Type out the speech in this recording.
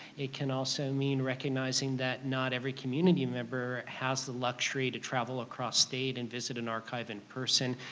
it can also mean recognizing that not every community member has the luxury to travel across state and visit an archive in person.